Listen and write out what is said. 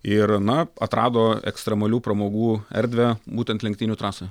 ir na atrado ekstremalių pramogų erdvę būtent lenktynių trasą